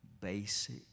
basic